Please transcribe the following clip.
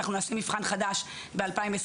אנחנו נעשה מבחן חדש ב-2023.